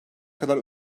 kadar